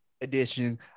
edition